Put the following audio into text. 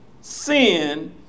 sin